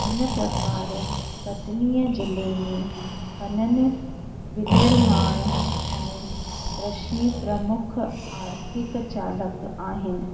हिन प्रकार कटनीअ जिले में खनन विनिर्माण ऐं कृषि प्रमुख आर्थिक चालक आहिनि